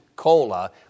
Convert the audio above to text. cola